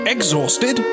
Exhausted